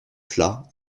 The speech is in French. plats